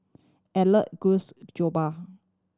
Elliott Guss